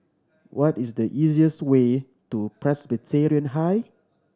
what is the easiest way to Presbyterian High